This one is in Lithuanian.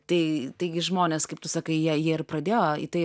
tai taigi žmonės kaip tu sakai jie jie ir pradėjo į tai